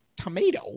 tomato